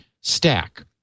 stack